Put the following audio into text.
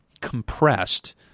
compressed